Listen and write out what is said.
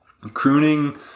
crooning